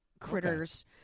critters